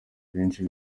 benshi